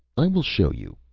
i will show you,